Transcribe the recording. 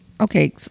Okay